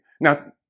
Now